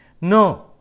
No